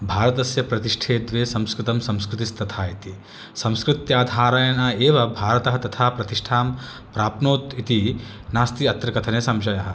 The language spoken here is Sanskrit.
भारतस्य प्रतिष्ठे द्वे संस्कृतं संस्कृतिस्तथा इति संस्कृत्याधारेणेव भारतः तथा प्रतिष्ठां प्राप्नोत् इति नास्ति अत्र कथने संशयः